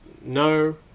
no